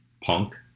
Punk